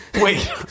Wait